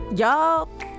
y'all